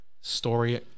story